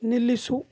ನಿಲ್ಲಿಸು